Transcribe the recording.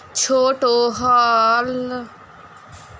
छोट हौलर बला मशीन के एक ठाम सॅ दोसर ठाम ल जायब आसान होइत छै